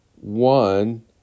one